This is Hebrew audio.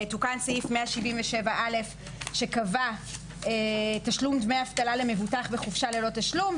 תוקן סעיף 177א שקבע תשלום דמי אבטלה למבוטח בחופשה ללא תשלום,